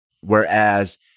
Whereas